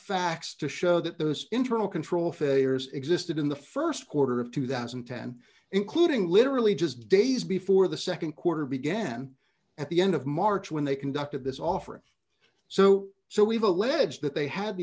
facts to show that those internal control failures existed in the st quarter of two thousand and ten including literally just days before the nd quarter began at the end of march when they conducted this offer so so we've alleged that they had